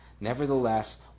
Nevertheless